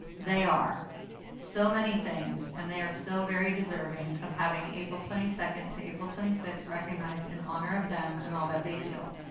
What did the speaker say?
they are so many things and they are so very deserving of having april twenty second to april twenty sixth recognized in honor of them and all that they do.